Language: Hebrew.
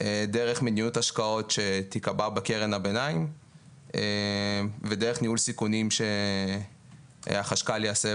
דרך מדיניות השקעות שתקבע בקרן הביניים ודרך ניהול סיכונים שהחשכ"ל יעשה